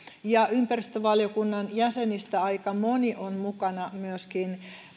ympäristövaliokunnan jäsenistä aika moni on mukana myöskin